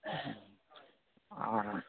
ആ